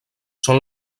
són